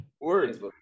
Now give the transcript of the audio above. Words